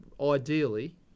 ideally